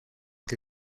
que